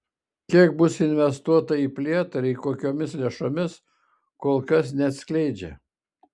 kiek bus investuota į plėtrą ir kokiomis lėšomis kol kas neatskleidžia